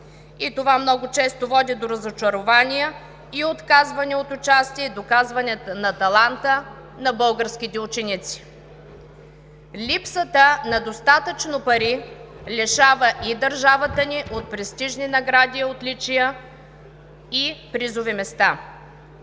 Това много често води до разочарования и отказване от участие, и доказване на таланта на българските ученици. Липсата на достатъчно пари лишава държавата ни от престижни награди, отличия и призови места.